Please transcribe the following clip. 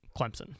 Clemson